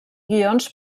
guions